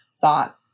thought